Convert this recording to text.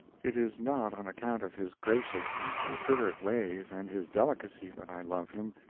it is not on account of his gracious and considerate ways and his delicacy that i love him.